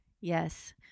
Yes